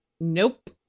Nope